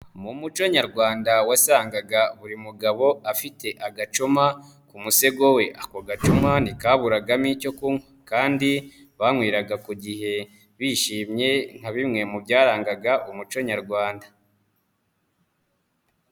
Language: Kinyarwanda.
Mu muco nyarwanda wasangaga buri mugabo afite agacuma ku musego we, ako gacuma ntikaburagamo icyo kunywa, kandi banyweraga ku gihe bishimye, nka bimwe mu byarangaga umuco nyarwanda.